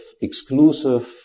exclusive